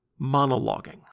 monologuing